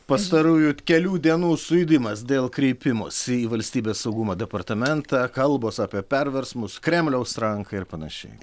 pastarųjų kelių dienų sujudimas dėl kreipimosi į valstybės saugumo departamentą kalbos apie perversmus kremliaus ranką ir panašiai